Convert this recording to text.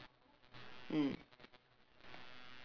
mm